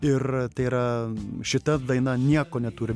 ir tai yra šita daina nieko neturi